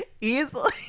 easily